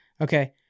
okay